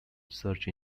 search